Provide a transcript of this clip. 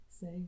say